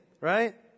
Right